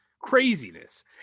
craziness